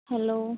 hello